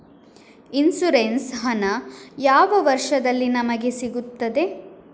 Insurance ಹಣ ಯಾವ ವರ್ಷದಲ್ಲಿ ನಮಗೆ ಸಿಗುತ್ತದೆ?